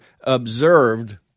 observed